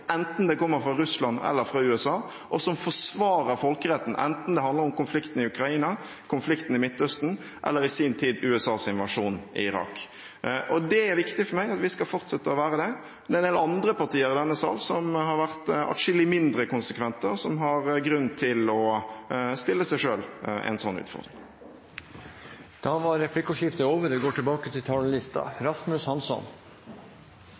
enten det kommer fra Russland eller fra USA, og som forsvarer folkeretten enten det handler om konflikten i Ukraina, konflikten i Midtøsten eller i sin tid USAs invasjon i Irak. Og det er viktig for meg at vi skal fortsette å være det. Det er en del andre partier i denne sal som har vært atskillig mindre konsekvente, og som har grunn til å stille seg selv overfor en slik utfordring. Da er replikkordskiftet omme. Regjeringen innleder årets trontale med å erkjenne at vi må tilpasse oss det